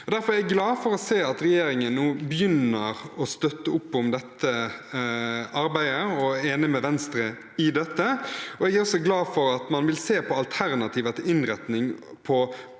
Derfor er jeg glad for å se at regjeringen nå begynner å støtte opp om dette arbeidet og er enig med Venstre i dette. Jeg er også glad for at man vil se på alternativer til innretning på